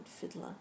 fiddler